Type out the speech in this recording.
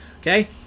Okay